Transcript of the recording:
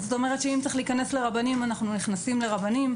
זאת אומרת אם צריך להיכנס לרבנים אנחנו נכנסים לרבנים,